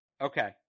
Okay